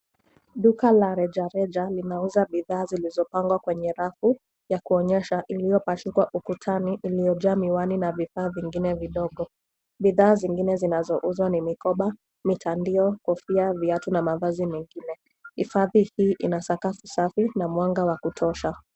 Duka la reja reja linauza bidhaa zilizo pangwa kwenye rafu ya kuonyesha iliyo pashikwa ukutani, iliyo jaa miwani na vifaa vingine vidogo. Bidhaa zingine zinazouzwa ni mikoba, mitandio, kofia, viatu na mavazi mengine. Hifadhi hii ina sakafu, safi na mwanga wa kutosha.